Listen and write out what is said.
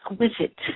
exquisite